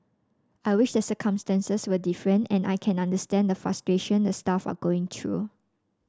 I wish the circumstances were different and I can understand the frustration the staff are going through